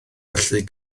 allu